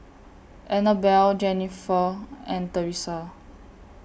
Annabella Jennifer and Thresa